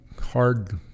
hard